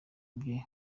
bye